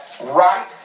right